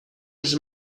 his